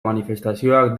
manifestazioak